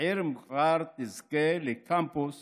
העיר מע'אר תזכה לקמפוס